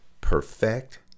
perfect